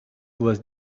was